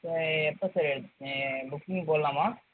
எப்போ சார் இது புக்கிங் போடலாமா